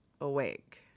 awake